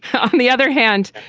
on the other hand,